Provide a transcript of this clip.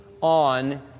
on